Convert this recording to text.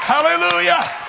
Hallelujah